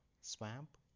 swamp